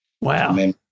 Wow